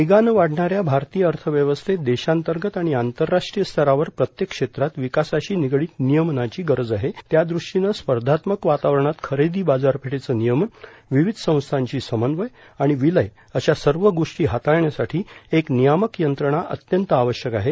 वेगाने वाढणाऱ्या भारतीय अर्थव्यवस्थेत देशांतर्गत आणि आंतरराष्ट्रीय स्तरावर प्रत्येक क्षेत्रात विकासाशी निगडित नियमनाची गरज आहे त्यादृष्टीनं स्पर्धात्मक वातावरणात खरेदी बाजारपेठेचे नियमन विविध संस्थांशी समन्वय आणि विलय अशा सर्व गोष्टी हाताळण्यासाठी एक नियामक यंत्रणा अत्यंत आवश्यक आहे